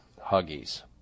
Huggies